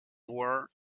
war